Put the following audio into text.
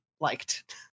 liked